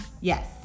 Yes